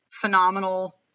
phenomenal